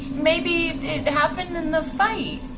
maybe it happened in the fight.